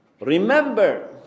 Remember